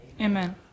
Amen